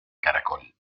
caracol